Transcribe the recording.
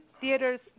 theaters